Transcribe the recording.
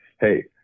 hey